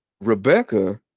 rebecca